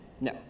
No